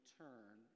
turn